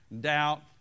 doubt